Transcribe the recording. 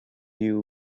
you